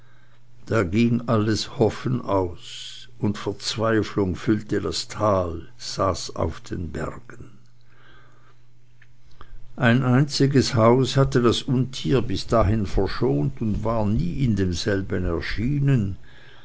da ging alles hoffen aus und verzweiflung füllte das tal saß auf den bergen ein einziges haus hatte das untier bis dahin verschont und war nie in demselben erschienen